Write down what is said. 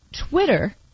Twitter